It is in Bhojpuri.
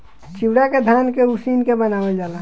चिवड़ा के धान के उसिन के बनावल जाला